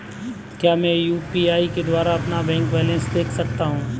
क्या मैं यू.पी.आई के द्वारा अपना बैंक बैलेंस देख सकता हूँ?